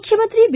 ಮುಖ್ಣಮಂತ್ರಿ ಬಿ